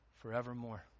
forevermore